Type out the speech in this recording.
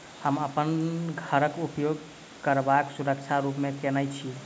हम अप्पन घरक उपयोग करजाक सुरक्षा रूप मेँ केने छी